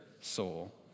soul